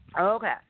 Okay